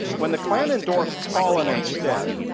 when the klan endorsed paulen instead,